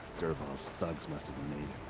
dervahl's thugs must.